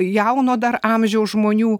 jauno dar amžiaus žmonių